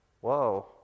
whoa